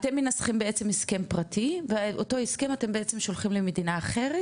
אתם מנסחים בעצם הסכם פרטי ואותו הסכם אתם בעצם שולחים למדינה אחרת?